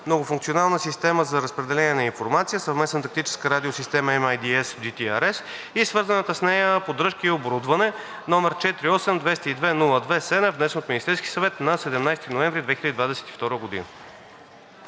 „Многофункционална система за разпределение на информация – Съвместна тактическа радиосистема (MIDS JTRS) и свързана с нея поддръжка и оборудване“, № 48-202-02-7, внесен от Министерския съвет на 17 ноември 2022 г.